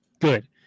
good